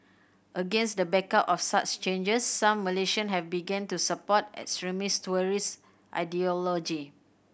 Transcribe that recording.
against the backdrop of such changes some Malaysian have begun to support extremist terrorist ideology